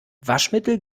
waschmittel